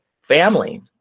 family